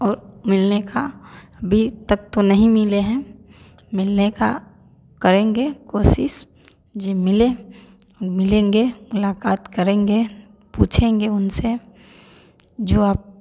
और मिलने का भी अभी तक तो नहीं मिले हैं मिलने का करेंगे कोशिश की मिले मिलेंगे मुलाकात करेंगे पूछेंगे उनसे जो